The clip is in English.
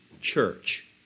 church